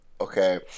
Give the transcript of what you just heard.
Okay